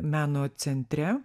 meno centre